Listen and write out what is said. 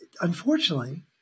unfortunately